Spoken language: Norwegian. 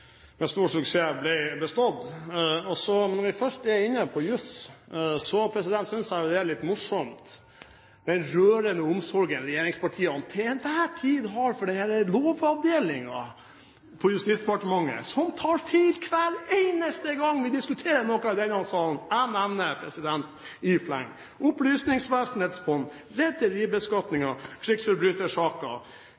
med stor suksess ble bestått. Når vi så først er inne på jus, synes jeg det er litt morsomt med den rørende omsorgen regjeringspartiene til enhver tid har for Lovavdelingen i Justisdepartementet som tar feil hver eneste gang vi diskuterer noe i denne salen. Jeg nevner